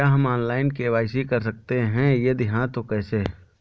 क्या हम online KYC कर सकते हैं यदि हाँ तो कैसे?